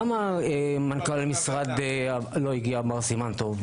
למה מנכ"ל המשרד מר סימן טוב לא הגיע?